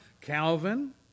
Calvin